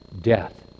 death